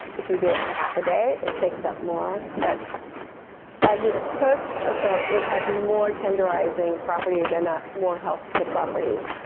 if you do it for half a day, it takes up more. but as it soaks so it has more tenderizing properties and more healthful properties.